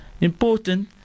important